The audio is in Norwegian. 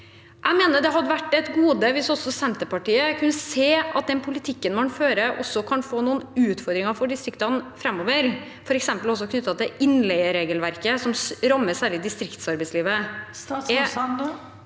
Jeg mener det hadde vært et gode hvis også Senterpartiet kunne se at den politikken man fører, kan gi noen utfordringer for distriktene framover, f.eks. knyttet til innleieregelverket, som særlig rammer distriktsarbeidslivet. Statsråd Erling Sande